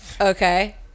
Okay